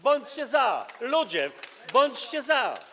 Bądźcie za, ludzie, bądźcie za.